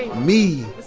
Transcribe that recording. me,